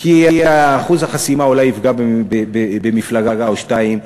כי אחוז החסימה אולי יפגע במפלגה או שתיים,